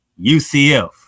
UCF